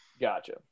Gotcha